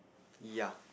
yeah